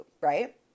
right